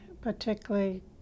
particularly